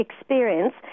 experience